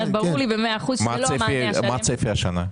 מה הצפי השנה?